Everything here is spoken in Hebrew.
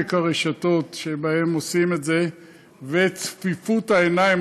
עומק הרשתות שבהן עושים את זה וצפיפות העיניים,